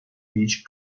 beach